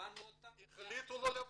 הזמנו אותם --- החליטו לא לבוא.